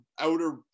outer